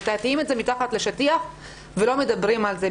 מטאטאים את זה מתחת לשטיח ולא מדברים על זה.